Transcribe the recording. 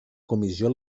comissió